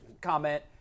comment